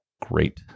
great